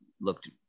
looked